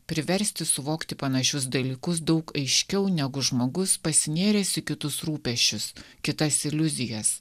priversti suvokti panašius dalykus daug aiškiau negu žmogus pasinėręs į kitus rūpesčius kitas iliuzijas